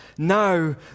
Now